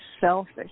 selfish